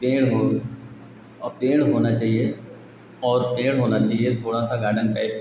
पेड़ हो और पेड़ होना चाहिए और पेड़ होना चाहिए थोड़ा सा गार्डन टाइप